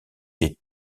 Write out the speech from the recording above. des